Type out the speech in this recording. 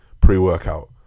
pre-workout